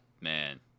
Man